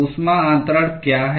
ऊष्मा अन्तरण क्या है